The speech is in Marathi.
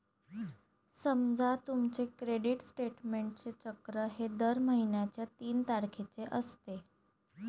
समजा तुमचे क्रेडिट स्टेटमेंटचे चक्र हे दर महिन्याच्या तीन तारखेचे असते